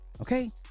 okay